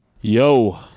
yo